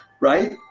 right